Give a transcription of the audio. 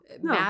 No